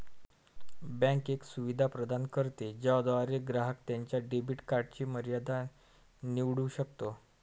bank एक सुविधा प्रदान करते ज्याद्वारे ग्राहक त्याच्या डेबिट कार्डची मर्यादा निवडू शकतो